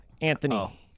Anthony